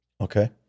Okay